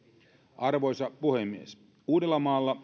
arvoisa puhemies uudellamaalla